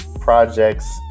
projects